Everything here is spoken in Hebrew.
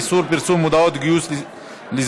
איסור פרסום מודעות גיוס לזנות),